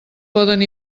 poden